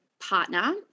partner